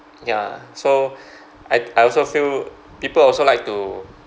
ya so I I also feel people also like to